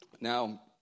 Now